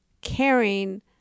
caring